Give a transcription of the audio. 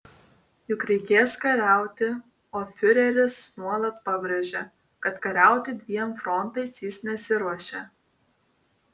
juk reikės kariauti o fiureris nuolat pabrėžia kad kariauti dviem frontais jis nesiruošia